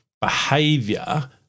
behavior